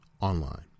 Online